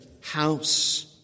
house